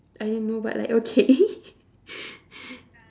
I don't know but like okay